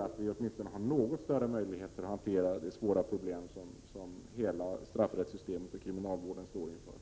Då har vi åtminstone något större möjligheter att hantera de svåra problem som straffrättssystemet och kriminalvården står inför.